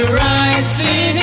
rising